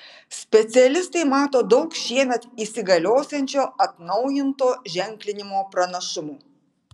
specialistai mato daug šiemet įsigaliosiančio atnaujinto ženklinimo pranašumų